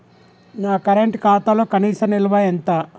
నా కరెంట్ ఖాతాలో కనీస నిల్వ ఎంత?